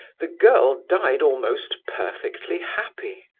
the girl died almost perfectly happy.